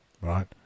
Right